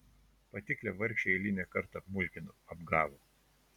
patiklią vargšę eilinį kartą apmulkino apgavo